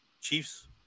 Chiefs